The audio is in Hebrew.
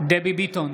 דבי ביטון,